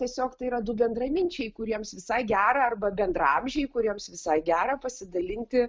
tiesiog tai yra du bendraminčiai kuriems visai gera arba bendraamžiai kuriems visai gera pasidalinti